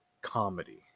comedy